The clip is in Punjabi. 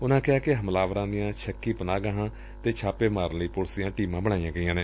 ਉਨੁਾ ਕਿਹਾ ਕਿ ਹਮਲਾਵਰਾਂ ਦੀਆਂ ਸ਼ੱਕੀ ਪਨਾਹਗਾਹਾਂ ਤੇ ਛਾਪੇ ਮਾਰਨ ਲਈ ਪੁਲਿਸ ਟੀਮਾਂ ਬਣਾਈਆਂ ਗਈਆਂ ਨੇ